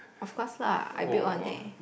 of course lah I build one leh